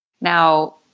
Now